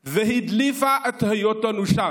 והדליפה את היותנו שם,